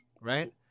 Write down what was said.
Right